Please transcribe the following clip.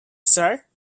sir